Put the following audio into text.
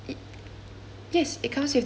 yes it comes with the breakfast